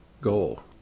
Goal